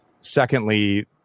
secondly